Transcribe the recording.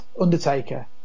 Undertaker